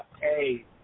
hey